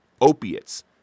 opiates